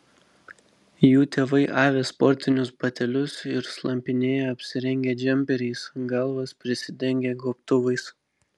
jų tėvai avi sportinius batelius ir slampinėja apsirengę džemperiais galvas prisidengę gobtuvais